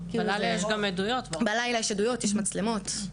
בלילה יש עדויות, יש מצלמות.